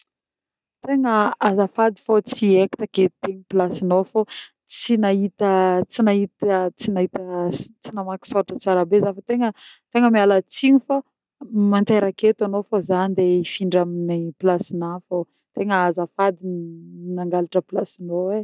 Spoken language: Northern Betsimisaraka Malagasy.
Tegna azafady fô tsy eko taketo ty eky placenô e, fô tsy nahita tsy nahita tsy nahita tsy namaky sôratra tsara be zah fa tegna tegna miala tsigny fô mantoera aketo anô fa zah andeha hifindra amin'ny placinah fô, tegna azafady nangalatry placenô e.